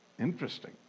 Interesting